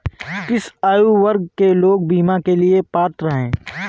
किस आयु वर्ग के लोग बीमा के लिए पात्र हैं?